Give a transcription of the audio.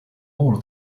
more